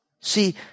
See